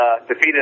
defeated